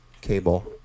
Cable